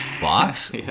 box